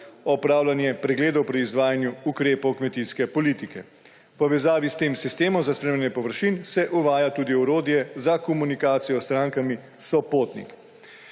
opravljanje pregledov pri izvajanju ukrepov kmetijske politike. V povezavi s tem sistemom za spremljanje površin se uvaja tudi orodje za komunikacijo s strankami -